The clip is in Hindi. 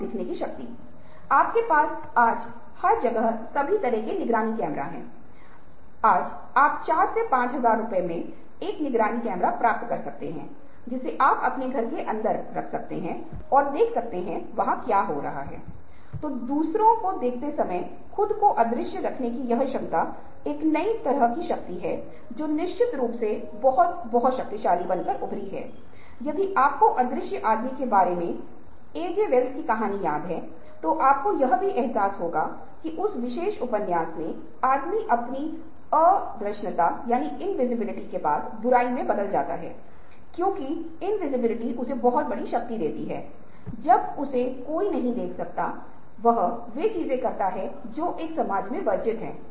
और फिर आप एक बार जब पुष्टि करते हैं कि यह एक समस्या है और अनुपस्थिति उत्पादन में बाधक है तो आप जानकारी इकट्ठा करते हैं फिर आपको इसे युक्तिसंगत बनाना होगा की यह एक समस्या है जो उद्योग की घटती उत्पादकता के लिए पर्याप्त है तब आप जानकारी इकट्ठा करते हैं